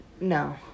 No